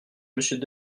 monsieur